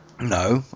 No